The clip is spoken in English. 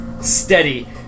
steady